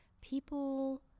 people